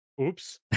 Oops